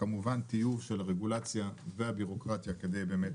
וכמובן טיוב של הרגולציה והביורוקרטיה כדי באמת